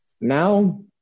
now